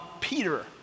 Peter